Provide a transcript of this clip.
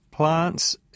plants